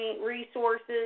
resources